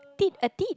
tit a tit